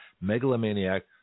megalomaniac